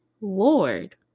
Lord